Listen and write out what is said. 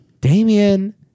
Damien